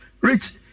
Rich